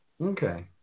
okay